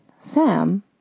Sam